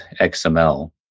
XML